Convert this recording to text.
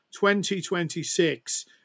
2026